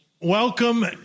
welcome